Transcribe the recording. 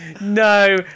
No